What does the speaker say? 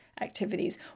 activities